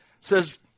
says